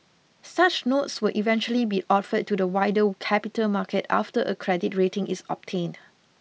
such notes will eventually be offered to the wider capital market after a credit rating is obtained